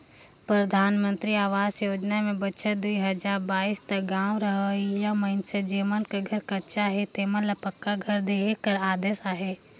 परधानमंतरी अवास योजना में बछर दुई हजार बाइस तक गाँव रहोइया मइनसे जेमन कर घर कच्चा हे तेमन ल पक्का घर देहे कर उदेस अहे